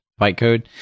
bytecode